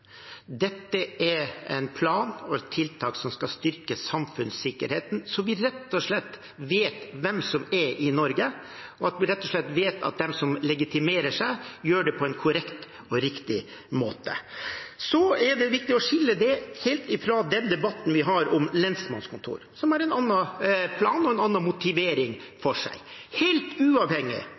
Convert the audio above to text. Dette er en plan og et tiltak som skal styrke samfunnssikkerheten, slik at vi rett og slett vet hvem som er i Norge, og at vi vet at de som legitimerer seg, gjør det på en korrekt måte. Så er det viktig å skille dette helt fra den debatten vi har om lensmannskontorer, som vi har en annen plan og en annen motivering for. Helt uavhengig